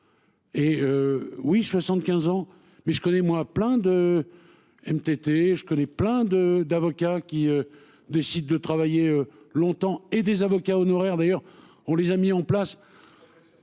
Hé. Oui 75 ans mais je connais moi plein de. MTT je connais plein de d'avocats qui décident de travailler longtemps et des avocats honoraire d'ailleurs, on les a mis en place.